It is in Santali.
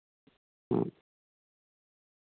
ᱦᱮᱸ